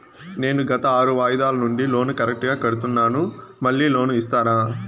నేను గత ఆరు వాయిదాల నుండి లోను కరెక్టుగా కడ్తున్నాను, మళ్ళీ లోను ఇస్తారా?